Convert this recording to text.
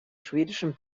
schwedischen